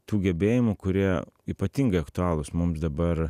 tų gebėjimų kurie ypatingai aktualūs mums dabar